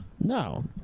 No